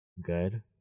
good